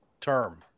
term